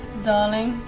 darling.